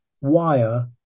wire